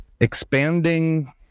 expanding